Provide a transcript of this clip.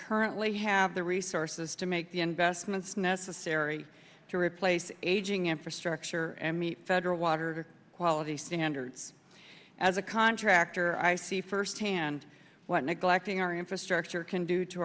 currently have the resources to make the investments necessary to replace aging infrastructure and meet federal water quality standards as a contractor i see firsthand what neglecting our infrastructure can do to